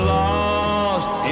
lost